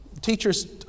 teachers